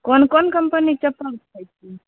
कोन कोन कंपनीके चप्पल रखैत छियै